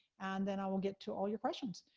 and then i will get to all your questions.